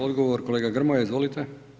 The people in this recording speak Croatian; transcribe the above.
Odgovor kolega Grmojak, izvolite.